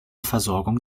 versorgung